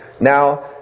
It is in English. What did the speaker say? Now